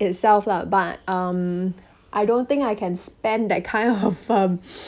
itself lah but um I don't think I can spend that kind of um